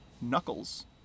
Knuckles